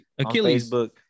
Facebook